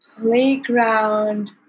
playground